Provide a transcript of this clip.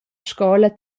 scola